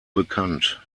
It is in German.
bekannt